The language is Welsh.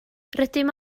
rydym